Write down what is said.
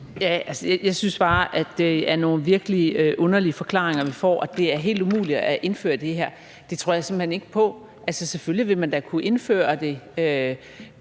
Jeg synes bare, at det er nogle virkelig underlige forklaringer, vi får, og at det skulle være helt umuligt at indføre det her, tror jeg simpelt hen ikke på. Altså, selvfølgelig vil man da kunne indføre det